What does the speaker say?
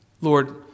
Lord